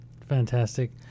Fantastic